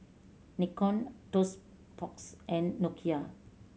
Nikon Toast Box and Nokia